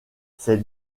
ses